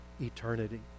eternity